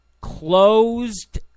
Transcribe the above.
closed